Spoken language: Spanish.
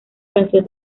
canción